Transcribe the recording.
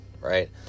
right